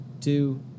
two